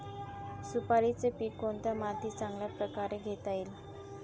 सुपारीचे पीक कोणत्या मातीत चांगल्या प्रकारे घेता येईल?